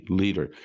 leader